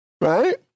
right